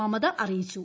മമത അറിയിച്ചു